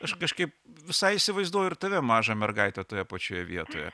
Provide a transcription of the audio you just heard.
aš kažkaip visai įsivaizduoju ir tave mažą mergaitę toje pačioje vietoje